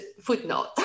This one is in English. footnote